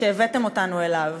שהבאתם אותנו אליו,